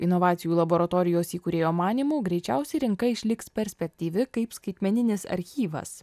inovacijų laboratorijos įkūrėjo manymu greičiausiai rinka išliks perspektyvi kaip skaitmeninis archyvas